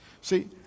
See